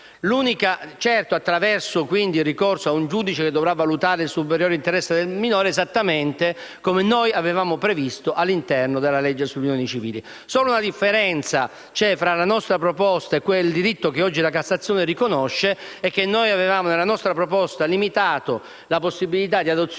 dovrà avvenire attraverso il ricorso a un giudice, che dovrà valutare un superiore interesse del minore, esattamente come noi avevamo previsto all'interno della legge sulle unioni civili. C'è solo una differenza tra la nostra proposta e quel diritto che oggi la Cassazione riconosce: noi, nella nostra proposta, avevamo limitato la possibilità di adozione